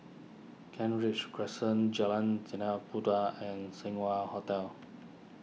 Kent Ridge Crescent Jalan Tanah Puteh and Seng Wah Hotel